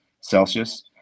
Celsius